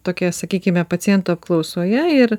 tokioj sakykime pacientų apklausoje ir